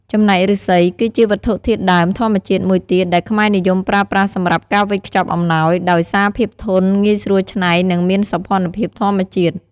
ចំណែកឫស្សីគឺជាវត្ថុធាតុដើមធម្មជាតិមួយទៀតដែលខ្មែរនិយមប្រើប្រាស់សម្រាប់ការវេចខ្ចប់អំណោយ ដោយសារភាពធន់ ងាយស្រួលច្នៃ និងមានសោភ័ណភាពធម្មជាតិ។